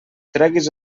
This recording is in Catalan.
treguis